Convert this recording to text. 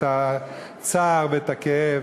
את הצער ואת הכאב